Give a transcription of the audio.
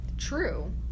true